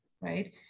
right